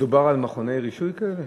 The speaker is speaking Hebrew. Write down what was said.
מדובר על מכוני רישוי כאלה?